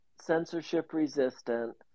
censorship-resistant